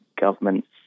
governments